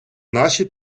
наші